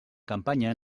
campanya